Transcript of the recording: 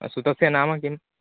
अस्तु तस्य नाम किम्